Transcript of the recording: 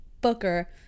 booker